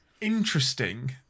interesting